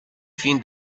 fin